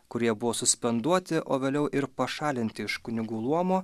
kurie buvo suspenduoti o vėliau ir pašalinti iš kunigų luomo